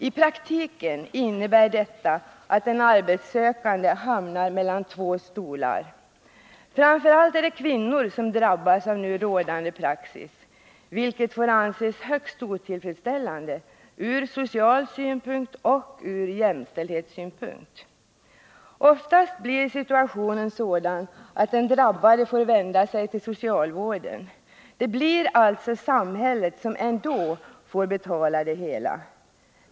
I praktiken innebär detta att den arbetssökande hamnar mellan två stolar. Framför allt är det kvinnor som drabbas av nu rådande praxis, vilket får anses högst otillfredsställande ur social synpunkt och jämställdhetssynpunkt. Oftast blir situationen sådan att den drabbade får vända sig till socialvården. Det blir alltså samhället som ändå får betala det hela.